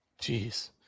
Jeez